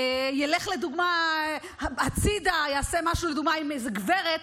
לדוגמה ילך הצידה, יעשה משהו עם איזו גברת,